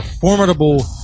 Formidable